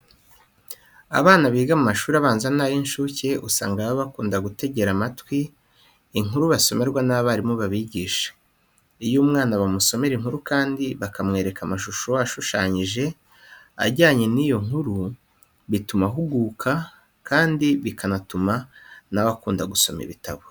Abana biga mu mashuri abanza n'ay'incuke usanga baba bakunda gutegera amatwi inkuru basomerwa n'abarimu babigisha. Iyo umwana bamusomera inkuru kandi bakanamwereka amashusho ashushanyije ajyanye n'iyo nkuru, bituma ahuguka kandi bikanatuma na we akunda gusoma ibitabo.